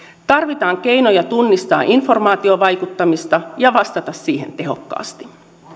tarvitaan keinoja tunnistaa informaatiovaikuttamista ja vastata siihen tehokkaasti